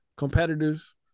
competitors